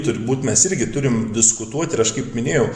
turbūt mes irgi turim diskutuot ir aš kaip minėjau